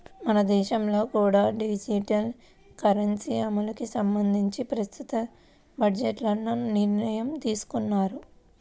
మన దేశంలో కూడా డిజిటల్ కరెన్సీ అమలుకి సంబంధించి ప్రస్తుత బడ్జెట్లో నిర్ణయం తీసుకున్నారు